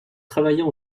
travaillant